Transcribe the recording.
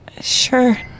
Sure